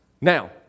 Now